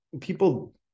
people